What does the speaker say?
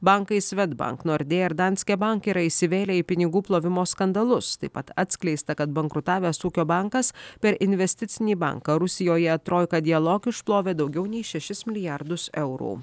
bankai swedbank nordea danske bank yra įsivėlę į pinigų plovimo skandalus taip pat atskleista kad bankrutavęs ūkio bankas per investicinį banką rusijoje troika dialog išplovė daugiau nei šešis milijardus eurų